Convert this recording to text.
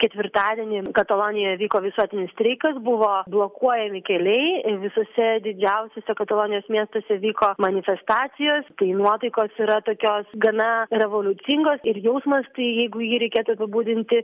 ketvirtadienį katalonijoje vyko visuotinis streikas buvo blokuojami keliai visuose didžiausiose katalonijos miestuose vyko manifestacijos tai nuotaikos yra tokios gana revoliucingos ir jausmas tai jeigu jį reikėtų apibūdinti